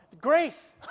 Grace